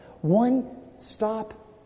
one-stop